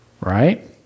Right